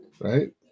right